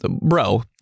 bro